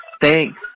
thanks